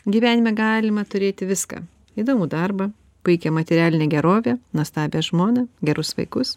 gyvenime galima turėti viską įdomų darbą puikią materialinę gerovę nuostabią žmoną gerus vaikus